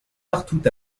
partout